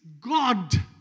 God